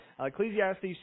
Ecclesiastes